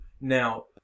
Now